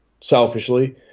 selfishly